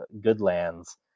goodlands